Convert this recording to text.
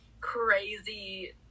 crazy